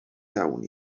iawn